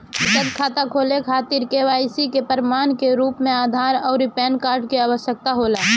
बचत खाता खोले खातिर के.वाइ.सी के प्रमाण के रूप में आधार आउर पैन कार्ड की आवश्यकता होला